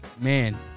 Man